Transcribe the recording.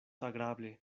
agrable